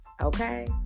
okay